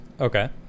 Okay